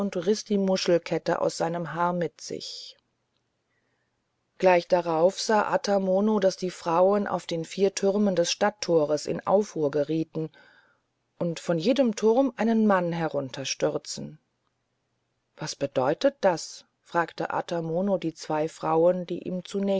riß die muschelkette aus seinem haar mit sich gleich darauf sah ata mono daß die frauen auf den vier türmen des stadttores in aufruhr gerieten und von jedem turm einen mann hinunterstürzten was bedeutet das fragte ata mono die zwei frauen die ihm